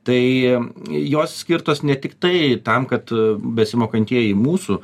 tai jos skirtos ne tiktai tam kad besimokantieji mūsų